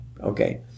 Okay